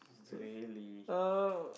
really